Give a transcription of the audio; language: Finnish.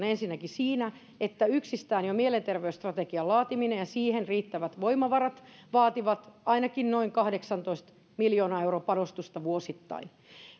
ensinnäkin siinä että yksistään jo mielenterveysstrategian laatiminen ja siihen riittävät voimavarat vaativat ainakin noin kahdeksantoista miljoonan euron panostusta vuosittain